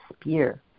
spear